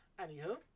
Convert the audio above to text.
Anywho